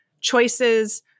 choices